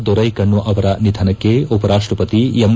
ದೊರೈಕಣ್ಣು ಅವರ ನಿಧನಕ್ಕೆ ಉಪರಾಷ್ಟಪತಿ ಎಂ